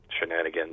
shenanigans